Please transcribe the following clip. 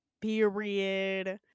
period